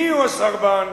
מיהו הסרבן?